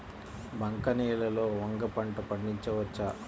బంక నేలలో వంగ పంట పండించవచ్చా?